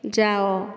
ଯାଅ